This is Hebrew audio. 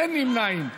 אין נמנעים.